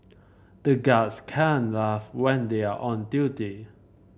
the guards can't laugh when they are on duty